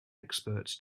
experts